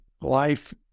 life